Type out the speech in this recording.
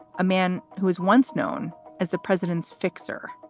a man who was once known as the president's fixer